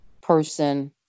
person